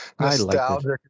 nostalgic